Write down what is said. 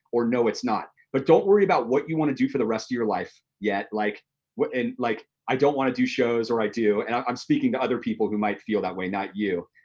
or no, it's not. but don't worry about what you wanna do for the rest of your life yet, like and like i don't wanna do shows or i do, and i'm i'm speaking to other people who might feel that way, not you,